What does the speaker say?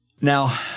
Now